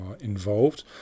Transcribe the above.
involved